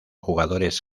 jugadores